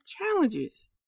challenges